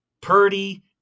Purdy